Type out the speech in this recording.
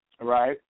right